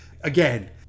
again